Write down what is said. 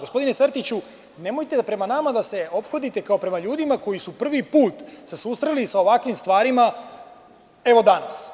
Gospodine Sertiću, nemojte prema nama da se ophodite kao prema ljudima koji su se prvi put susreli sa ovakvim stvarima danas.